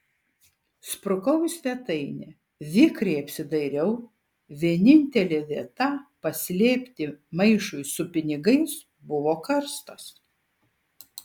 sprukau į svetainę vikriai apsidairiau vienintelė vieta paslėpti maišui su pinigais buvo karstas